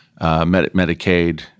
Medicaid